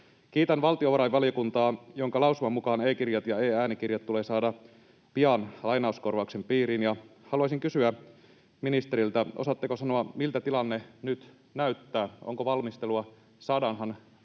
Kiitän valtiovarainvaliokuntaa, jonka lausuman mukaan e-kirjat ja e-äänikirjat tulee saada pian lainauskorvauksen piiriin. Haluaisin kysyä ministeriltä: Osaatteko sanoa, miltä tilanne nyt näyttää? Onko valmistelua? Saadaanhan e-kirjat